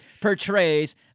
portrays